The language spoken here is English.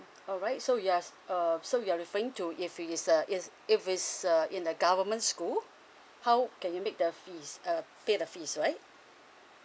alright so yes uh so you're referring to if it's a is if it's uh in a government school how can you make the fees uh pay the fees right